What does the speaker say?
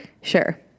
Sure